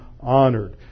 honored